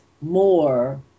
more